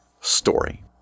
story